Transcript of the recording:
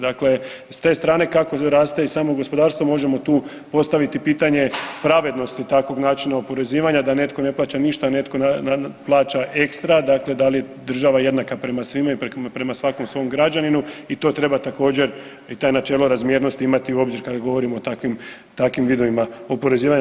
Dakle, s te strane kako raste i samo gospodarstvo možemo tu postaviti pitanje pravednosti takvog načina oporezivanja da netko ne plaća ništa, a netko plaća ekstra, dakle da li je država jednaka prema svima i prema svakom svom građaninu i to treba također i to načelo razmjernosti imati u obzir kada govorimo o takvim, o takvim vidovima oporezivanja.